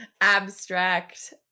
abstract